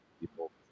people